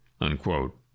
unquote